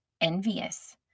envious